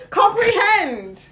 comprehend